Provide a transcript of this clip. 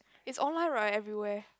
it's online right everywhere